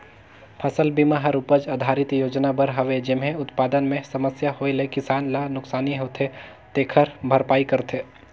फसल बिमा हर उपज आधरित योजना बर हवे जेम्हे उत्पादन मे समस्या होए ले किसान ल नुकसानी होथे तेखर भरपाई करथे